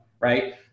right